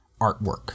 artwork